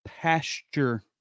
pasture